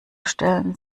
stellten